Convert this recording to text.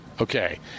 Okay